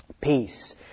peace